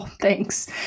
thanks